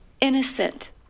innocent